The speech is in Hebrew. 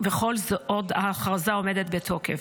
וכל עוד ההכרזה עומדת בתוקף.